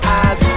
eyes